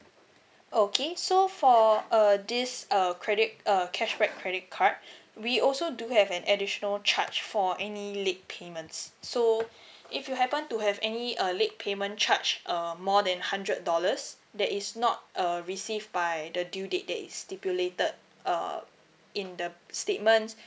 okay so for err this err credit err cashback credit card we also do have an additional charge for any late payments so if you happen to have any uh late payment charge err more than hundred dollars that is not uh received by the due date that is stipulated uh in the statement